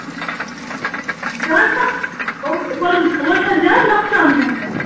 زیادٕ ما اور اورٕ چھا زیادٕ نۄقصان گوٚمُت